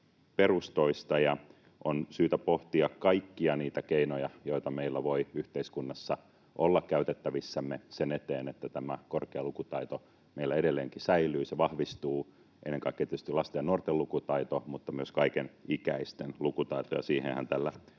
perustoista, ja on syytä pohtia kaikkia niitä keinoja, joita meillä voi yhteiskunnassa olla käytettävissämme sen eteen, että tämä korkea lukutaito meillä edelleenkin säilyy ja se vahvistuu — ennen kaikkea tietysti lasten ja nuorten lukutaito mutta myös kaikenikäisten lukutaito. Ja siihenhän tällä